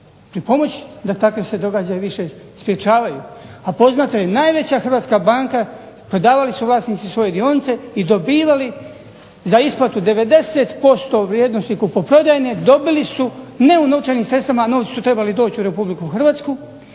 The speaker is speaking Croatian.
pripomoći da se takvi događaji više sprečavaju, a poznata je najveća hrvatska banka prodavali su vlasnici svoje dionice i dobivali za isplatu 90% vrijednosti kupoprodajne dobili su ne u novčanim sredstvima a novci su trebali doći u RH, nego su